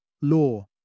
law